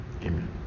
Amen